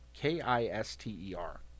K-I-S-T-E-R